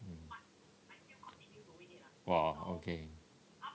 !wah! okay